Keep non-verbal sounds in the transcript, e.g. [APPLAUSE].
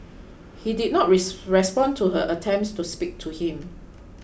he did not [UNINTELLIGIBLE] respond to her attempts to speak to him